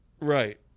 Right